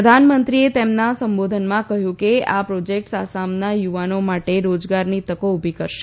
પ્રધાનમંત્રીએ તેમના સંબોધનમાં કહ્યું કે આ પ્રોજેક્ટ્સ આસામના યુવાનો માટે રોજગારની તકો ઉભી કરશે